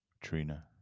Trina